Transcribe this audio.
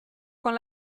con